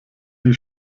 die